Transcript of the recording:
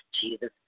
Jesus